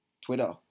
Twitter